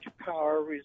power